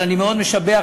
אבל אני מאוד משבח.